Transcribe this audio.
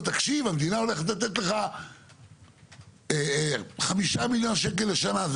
תקשיב המדינה הולכת לתת לך 5 מיליון שקלים לשנה,